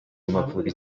amavubi